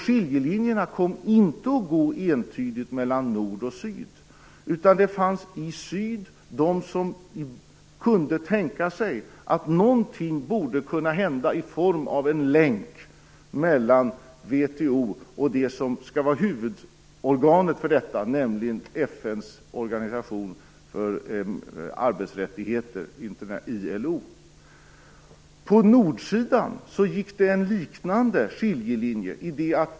Skiljelinjerna kom inte att gå entydigt mellan nord och syd, utan det fanns i syd de som kunde tänka sig att någonting borde kunna hända i form av en länk mellan VHO och det som skall vara huvudorganet för detta, nämligen På nordsidan gick det en liknande skiljelinje.